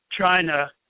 China